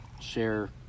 share